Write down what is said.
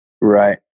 Right